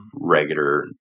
regular